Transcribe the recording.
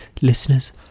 Listeners